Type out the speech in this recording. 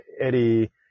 Eddie